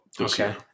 Okay